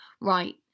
Right